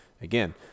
Again